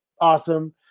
awesome